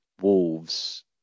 Wolves